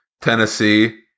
Tennessee